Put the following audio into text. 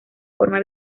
forma